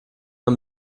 man